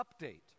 update